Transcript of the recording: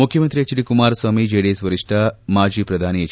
ಮುಖ್ಚಮಂತ್ರಿ H D Kumaraswamy JDS ವರಿಷ್ಠ ಮಾಜಿ ಪ್ರಧಾನಿ ಹೆಚ್